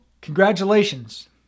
Congratulations